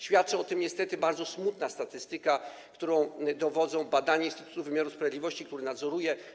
Świadczy o tym niestety bardzo smutna statystyka, której dowodzą badania Instytutu Wymiaru Sprawiedliwości, który to nadzoruje.